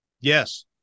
Yes